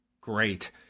great